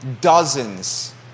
dozens